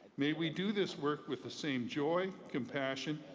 may we do this work with the same joy, compassion,